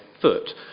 foot